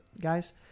guys